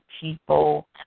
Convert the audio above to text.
people